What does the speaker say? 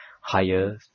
higher